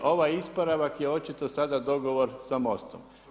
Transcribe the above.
Ovaj ispravak je očito sada dogovor sa MOST-om.